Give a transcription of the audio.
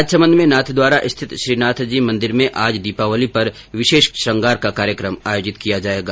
राजसमंद में नाथद्वारा स्थित ॅश्रीनाथजी मंदिर में आज दीपावली पर विशेष श्रृंगार का कार्यक्रम आयोजित किया जाएगा